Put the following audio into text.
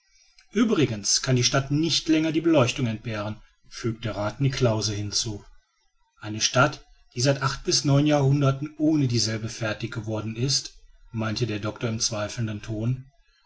uebrigens kann die stadt nicht länger die beleuchtung entbehren fügte rath niklausse hinzu eine stadt die seit acht bis neunhundert jahren ohne dieselbe fertig geworden ist meinte der doctor in zweifelndem ton